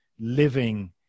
living